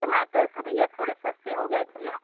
टमाटर तो भैया थोड़े सस्ते हो गए थे ना